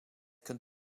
kunt